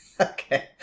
Okay